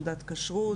תעודת כשרות.